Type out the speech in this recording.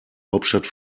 hauptstadt